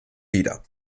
lieder